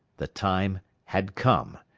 the time had come.